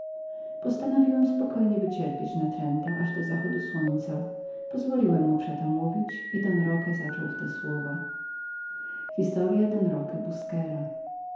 postanowiłem spokojnie wycierpieć mego natręta aż do zachodu słońca zostawiłem mu przeto wszelką wolność i don roque zaczął w te słowa